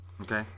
Okay